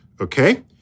okay